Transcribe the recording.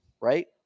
Right